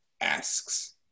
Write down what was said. asks